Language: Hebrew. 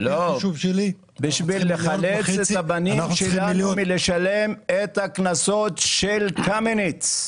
כדי לחלץ את הבנים שלנו מלשלם את הקנסות של קמיניץ.